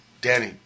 Danny